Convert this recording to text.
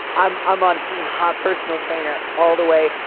i'm i'm on team hot personal trainer all the way.